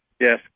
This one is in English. Yes